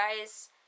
guys